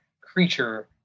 creature